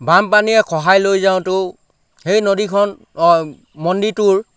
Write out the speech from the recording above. বামপানীয়ে খহাই লৈ যাওঁতে সেই নদীখন অঁ মন্দিটোৰ